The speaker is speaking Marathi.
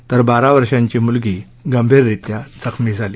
तर बारा वर्षांची मुलगी गंभीररीत्या जखमी झाली